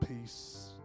peace